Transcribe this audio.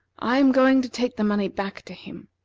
i am going to take the money back to him.